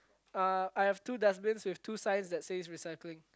uh I have two dustbins with two signs that says recycling